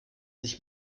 sich